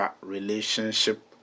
relationship